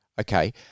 Okay